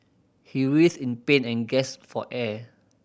he writhed in pain and gasped for air